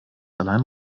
allein